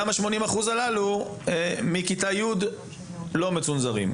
ה-80% הללו החל מכיתה י"א-י"ב אינם מצונזרים.